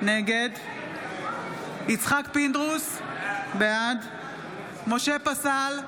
נגד יצחק פינדרוס, בעד משה פסל,